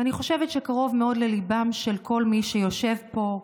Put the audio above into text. ואני חושבת שהוא קרוב מאוד לליבם של כל מי שיושב פה,